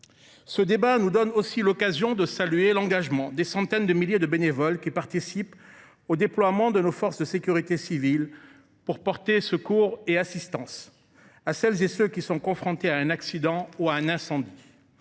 Ce débat nous donne aussi l’occasion de saluer l’engagement des centaines de milliers de bénévoles qui participent au déploiement de nos forces de sécurité civile pour porter secours et assistance à celles et ceux qui sont confrontés à un accident ou à un incendie.